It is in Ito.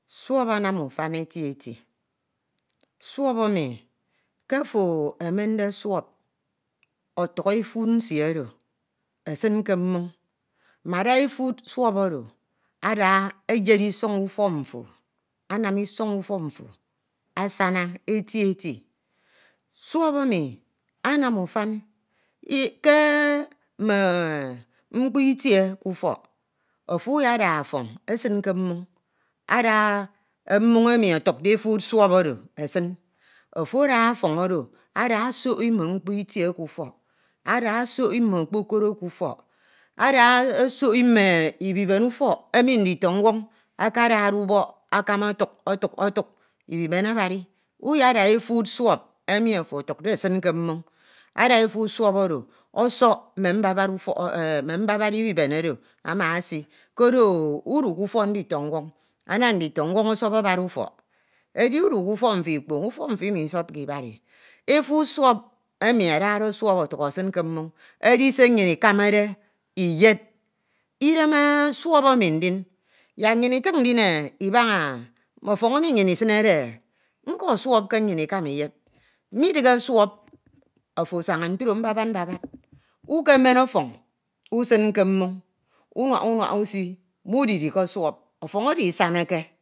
Suọp anam ufan eti eti suọp emi ke ofo emende suọp ọtuk efuud nsie oro etin ke mneñ mmada efuud oro eyed isoñ mfo anam isoñ ufok mfo asona eti eti suọp emi anam ugan ke mme mkpo ite enumde ke ufọk ofo wyeda ọfọñ esm ke mmoñ emen adi osohi ibiene ufọk emi nditọnwọñ akadade akama otuk, ibibene abadi ofo ada efuud emi ofo ọtukde esin ke mmoñ ada efuud suọp oro ọsọk mme mbabad ibibene oro ama esi koro udu ke ufọk nditọñ ana nditonwoñ ọsọp abadi ufok edi udu ke ufok mfọ ikpọñ, ufọk mfo misọpke ibadi efuud suọp emi adade suọp ọtuk esin ke mmoñ edise nnyin nyed, idem suọp emi ndin yak nnyin itan ndin eh ibaña mme ọfọñ emi nnyin isinede e nko suọp ke nnyin ikama eyed. Midighe suọp ofo asaña, ntro mbabad mbabad. Ukemen ofọñ usin ke mmọñ unak unuak usi mudirike suọp ọfọñ oro isanake.